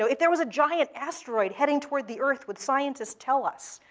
if there was a giant asteroid heading toward the earth, would scientists tell us?